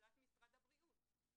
בהובלת משרד הבריאות.